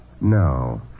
No